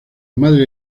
madre